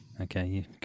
Okay